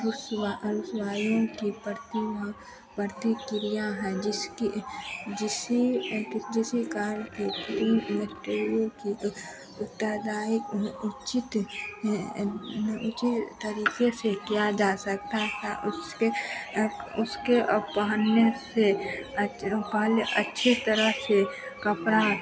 उस उस वायु की प्रति हो प्रतिक्रिया है जिसकी जिस की उत्तरदाई उचित उचित तरीक़े से किया जा सकता था उसके उसके पहनने से अच् पहले अच्छी तरह से कपड़ा